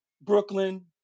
Brooklyn